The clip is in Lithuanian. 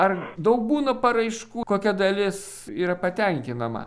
ar daug būna paraiškų kokia dalis yra patenkinama